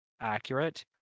accurate